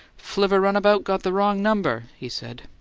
flivver runabout got the wrong number! he said.